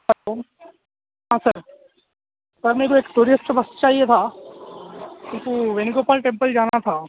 hello ہاں sir sir میرے کو چاہیے تھا وینو گوپال ٹیمپل جانا تھا